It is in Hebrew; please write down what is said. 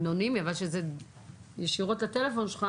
כשזה ישירות לטלפון שלך